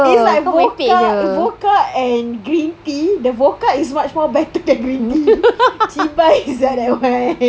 it's like vodka vodka and green tea the vodka is much more better than green tea cheebye sia that [one]